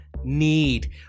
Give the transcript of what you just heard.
need